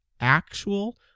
actual